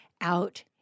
out